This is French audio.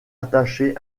attaché